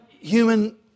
human